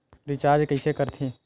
Recharge कइसे कर थे?